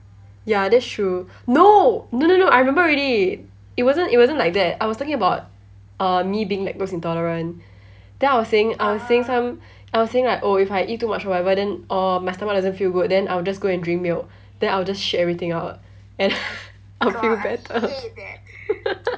ya that's true no no no no I remember already it wasn't it wasn't like that I was talking about uh me being lactose intolerant then I was saying I was saying some I was saying like oh if I eat too much or whatever then um my stomach doesn't feel good then I'll just go and drink milk then I'll just shit everything out and I'll feel better